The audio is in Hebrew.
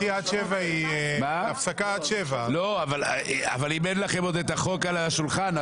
יש הפסקה עד 19:00. אם עדיין אין לכם את החוק על השולחן,